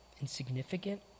insignificant